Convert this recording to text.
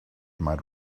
might